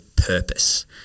purpose